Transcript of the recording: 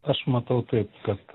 aš matau taip kad